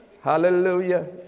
Hallelujah